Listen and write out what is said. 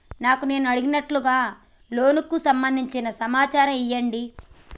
నాకు నేను అడిగినట్టుగా లోనుకు సంబందించిన సమాచారం ఇయ్యండి?